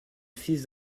fils